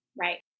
Right